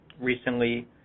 recently